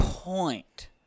point